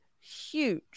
huge